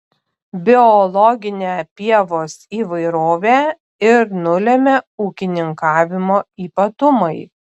biologinę pievos įvairovę ir nulemia ūkininkavimo ypatumai